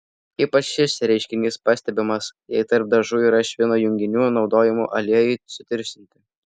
ypač šis reiškinys pastebimas jei tarp dažų yra švino junginių naudojamų aliejui sutirštinti